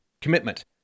commitment